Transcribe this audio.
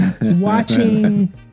watching